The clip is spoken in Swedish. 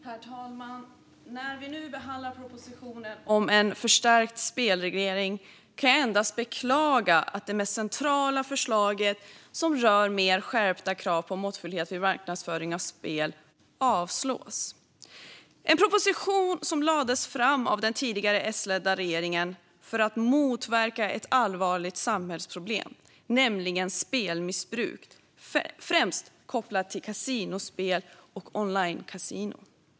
Herr talman! När vi nu behandlar propositionen om en förstärkt spelreglering kan jag endast beklaga att det mest centrala förslaget, som rör skärpta krav på måttfullhet vid marknadsföring av spel, föreslås avslås. Detta är en proposition som lades fram av den tidigare S-ledda regeringen för att motverka ett allvarligt samhällsproblem, nämligen spelmissbruk - och då främst kopplat till kasinospel och onlinekasinon.